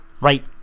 right